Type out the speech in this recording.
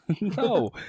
No